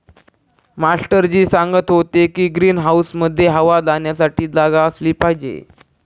master ji सांगत होते की ग्रीन हाऊसमध्ये हवा जाण्यासाठी जागा असली पाहिजे